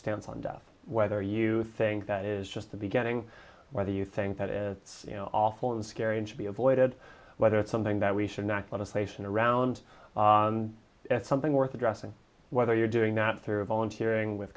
stance on death whether you think that is just the beginning whether you think that is awful and scary and should be avoided whether it's something that we should not want to place in around it's something worth addressing whether you're doing that through volunteering with